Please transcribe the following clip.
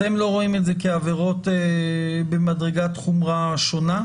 אתם לא רואים את זה כעבירות במדרגת חומרה שונה?